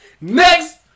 Next